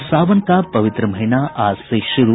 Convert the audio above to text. और सावन का पवित्र महीना आज से शुरू